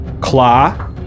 Claw